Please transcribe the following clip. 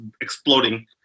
exploding